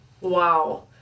wow